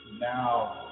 now